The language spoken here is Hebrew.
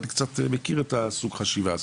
אני קצת מכיר את סוג החשיבה הזה,